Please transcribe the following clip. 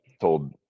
told